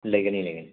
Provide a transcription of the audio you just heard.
ꯂꯩꯒꯅꯤ ꯂꯩꯒꯅꯤ